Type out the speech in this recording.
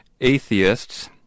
atheists